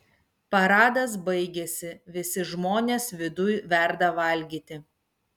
paradas baigėsi visi žmonės viduj verda valgyti